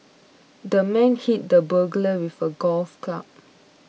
the man hit the burglar with a golf club